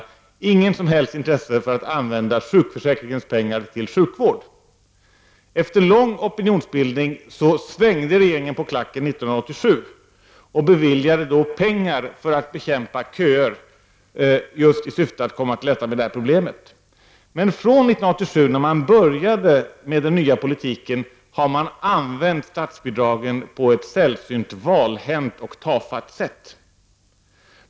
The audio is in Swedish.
Man visade inget som helst intresse för att använda sjukförsäkringens pengar till sjukvård. Efter lång opinionsbildning svängde regeringen på klacken 1987 och beviljade då pengar för att bekämpa köer just i syfte att komma till rätta med detta problem. Men från 1987 då man började med denna nya politik har man använt de bidragen på ett sällsynt valhänt och tafatt sätt.